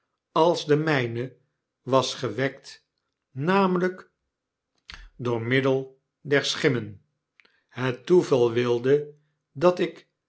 als de myne was gewekt namelyk door middel der schimmen het toeval wilde dat ik